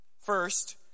First